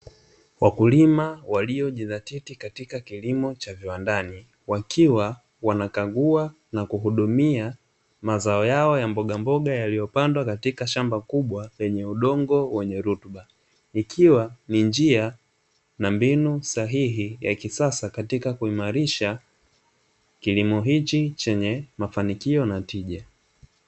Wakulima waliojidhatiti katika kilimo cha viwandani, wakiwa wanakagua na kuhudumia mazao yao ya mbogamboga yaliyopandwa katika shamba kubwa lenye udongo wenye rutuba, ikiwa ni njia na mbinu sahihi ya kisasa katika kuimarisha kilimo hichi chenye mafanikio na tija.